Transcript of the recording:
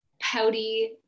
pouty